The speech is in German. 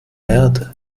erde